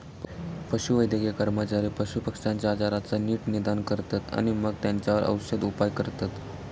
पशुवैद्यकीय कर्मचारी पशुपक्ष्यांच्या आजाराचा नीट निदान करतत आणि मगे तेंच्यावर औषदउपाय करतत